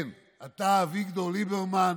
כן, אתה, אביגדור ליברמן,